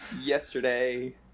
Yesterday